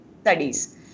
studies